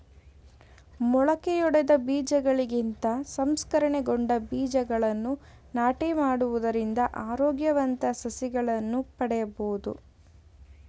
ಮೊಳಕೆಯೊಡೆದ ಬೀಜಗಳಿಗಿಂತ ಸಂಸ್ಕರಣೆಗೊಂಡ ಬೀಜಗಳನ್ನು ನಾಟಿ ಮಾಡುವುದರಿಂದ ಆರೋಗ್ಯವಂತ ಸಸಿಗಳನ್ನು ಪಡೆಯಬೋದು